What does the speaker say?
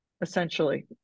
essentially